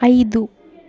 ಐದು